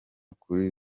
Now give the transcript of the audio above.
kuri